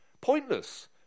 Pointless